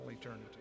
eternity